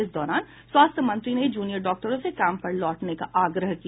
इस दौरान स्वास्थ्य मंत्री ने जूनियर डॉक्टरों से काम पर लौटने का आग्रह किया